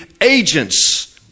agents